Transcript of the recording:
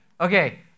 Okay